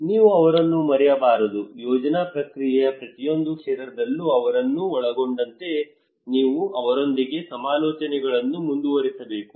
ನೀವು ಅವರನ್ನು ಮರೆಯಬಾರದು ಯೋಜನಾ ಪ್ರಕ್ರಿಯೆಯ ಪ್ರತಿಯೊಂದು ಕ್ಷೇತ್ರದಲ್ಲೂ ಅವರನ್ನು ಒಳಗೊಂಡಂತೆ ನೀವು ಅವರೊಂದಿಗೆ ಸಮಾಲೋಚನೆಗಳನ್ನು ಮುಂದುವರಿಸಬೇಕು